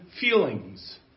feelings